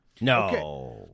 No